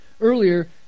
earlier